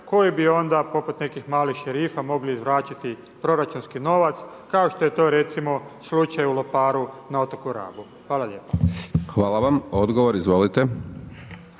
koji bi onda poput nekih malih šerifa mogli izvlačiti proračunski novac kao što je to recimo slučaj u Loparu na otoku Rabu. Hvala lijepa. **Hajdaš Dončić, Siniša